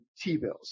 T-bills